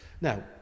Now